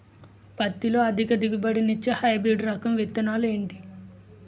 పత్తి లో అధిక దిగుబడి నిచ్చే హైబ్రిడ్ రకం విత్తనాలు ఏంటి